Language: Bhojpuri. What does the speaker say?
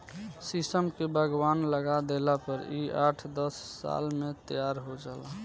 शीशम के बगवान लगा देला पर इ आठ दस साल में तैयार हो जाला